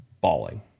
bawling